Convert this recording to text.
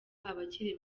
abakiri